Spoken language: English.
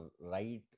right